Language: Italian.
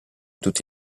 tutti